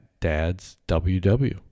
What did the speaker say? DadsWW